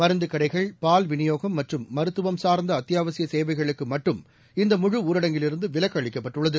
மருந்துக் கடைகள்இ பால் வினியோகம் மற்றும் மருத்துவம் சார்ந்த அத்தியாவசிய சேவைகளுக்கு மட்டும் இந்த முழு ஊரடங்கிலிருந்து விலக்கு அளிக்கப்பட்டுள்ளது